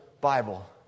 Bible